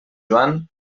joan